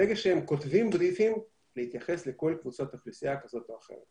שברגע שהם כותבים בריפים להתייחס לכל קבוצת אוכלוסייה כזאת או אחרת.